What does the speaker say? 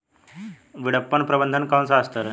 विपणन प्रबंधन का कौन सा स्तर है?